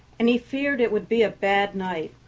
and he feared it would be a bad night.